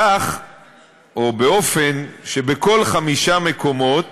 כך או באופן שבכל חמישה מקומות